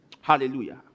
Hallelujah